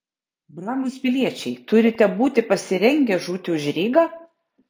brangūs piliečiai turite būti pasirengę žūti už rygą